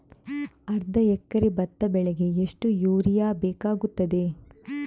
ಅರ್ಧ ಎಕರೆ ಭತ್ತ ಬೆಳೆಗೆ ಎಷ್ಟು ಯೂರಿಯಾ ಬೇಕಾಗುತ್ತದೆ?